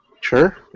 Sure